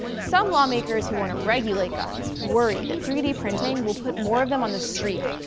some lawmakers who wanna regulate guns worry that three d printing will put more of them on the street,